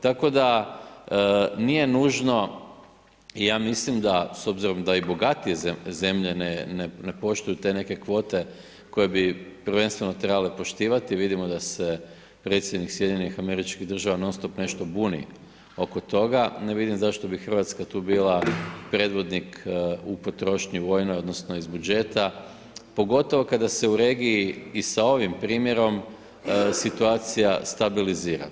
Tako da nije nužno ja mislim da s obzirom da i bogatije ne poštuju te neke kvote koje bi prvenstveno trebale poštivati, vidimo da se predsjednik SAD-a non-stop nešto buni oko toga, ne vidim zašto bi Hrvatska tu bila predvodnik u potrošnji vojnoj odnosno iz budžeta pogotovo kada se i u regiji i sa ovim primjerom situacija stabilizira.